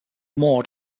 more